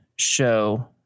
show